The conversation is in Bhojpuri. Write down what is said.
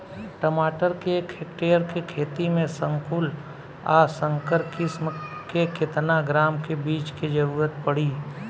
टमाटर के एक हेक्टेयर के खेती में संकुल आ संकर किश्म के केतना ग्राम के बीज के जरूरत पड़ी?